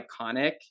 iconic